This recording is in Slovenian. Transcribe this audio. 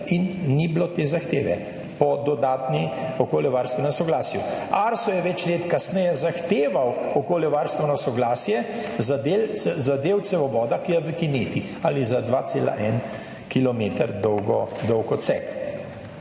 in ni bilo te zahteve po dodatnem okoljevarstvenem soglasju. ARSO je več let kasneje zahteval okoljevarstveno soglasje za del, za del cevovoda, ki je v kineti, ali za 2,1 kilometer